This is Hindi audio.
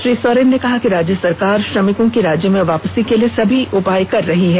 श्री सोरेन ने कहा कि राज्य सरकार श्रमिकों की राज्य में वापसी के लिए समी उपाय कर रही है